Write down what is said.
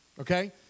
okay